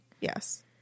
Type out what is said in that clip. Yes